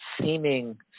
seeming